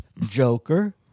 Joker